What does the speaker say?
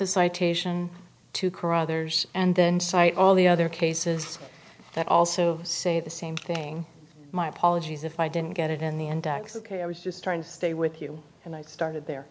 the citation to carruthers and then cite all the other cases that also say the same thing my apologies if i didn't get it in the index ok i was just trying to stay with you and i started there